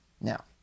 Now